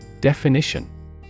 Definition